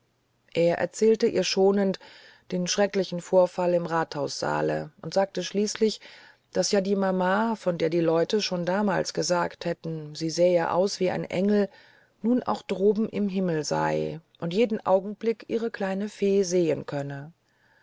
er erzählte ihr schonend den schrecklichen vorfall im rathaussaale und sagte schließlich daß ja die mama von der die leute schon damals gesagt hätten sie sähe aus wie ein engel nun auch droben im himmel sei und jeden augenblick ihre kleine fee sehen könne